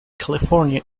california